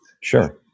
Sure